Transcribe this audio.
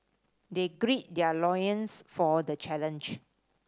they gird their loins for the challenge